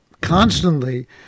constantly